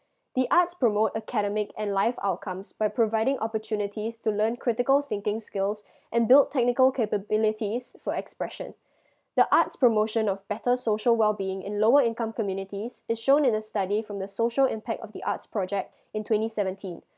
the arts promote academic and life outcomes by providing opportunities to learn critical thinking skills and build technical capabilities for expression the arts promotion of better social well being in lower income communities is shown in the study from the social impact of the arts project in twenty seventeen